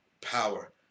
power